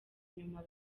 nyuma